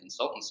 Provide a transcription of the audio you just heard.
consultancy